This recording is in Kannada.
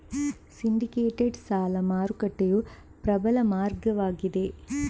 ಸಿಂಡಿಕೇಟೆಡ್ ಸಾಲ ಮಾರುಕಟ್ಟೆಯು ಪ್ರಬಲ ಮಾರ್ಗವಾಗಿದೆ